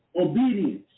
obedience